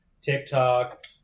TikTok